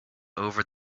over